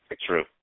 True